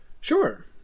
sure